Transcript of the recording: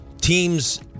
Teams